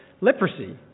leprosy